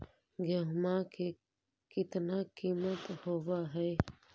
गेहूमा के कितना किसम होबै है?